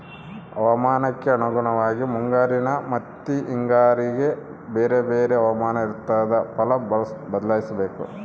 ಹವಾಮಾನಕ್ಕೆ ಅನುಗುಣವಾಗಿ ಮುಂಗಾರಿನ ಮತ್ತಿ ಹಿಂಗಾರಿಗೆ ಬೇರೆ ಬೇರೆ ಹವಾಮಾನ ಇರ್ತಾದ ಫಲ ಬದ್ಲಿಸಬೇಕು